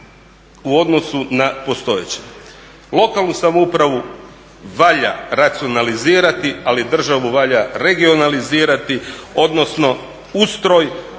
u odnosu na postojeći. Lokalnu samoupravu valja racionalizirati ali državu valja regionalizirati odnosno ustroj